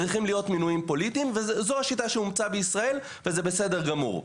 צריכים להיות מינויים פוליטיים וזאת השיטה שאומצה בישראל וזה בסדר גמור.